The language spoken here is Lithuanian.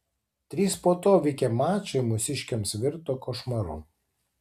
trys po to vykę mačai mūsiškiams virto košmaru